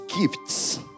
gifts